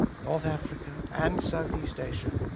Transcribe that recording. north africa, and southeast asia,